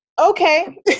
Okay